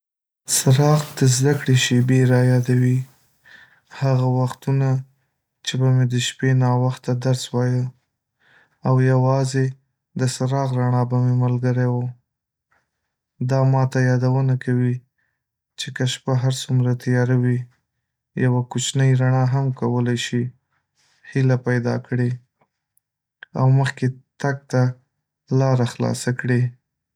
څراغ د زده‌کړې شېبې رایادوي، هغه وختونه چې به مې د شپې ناوخته درس وایه او یوازې د څراغ رڼا به مې ملګرې وه. دا ماته یادونه کوي چې که شپه هر څومره تیاره وي، یوه کوچنۍ رڼا هم کولی شي هیله پیدا کړي او مخکې تګ ته لاره خلاصه کړي.